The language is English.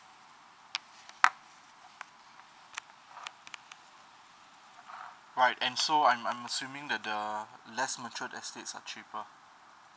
right and so I'm I'm assuming that the less mature estates are cheaper